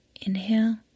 inhale